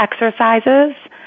exercises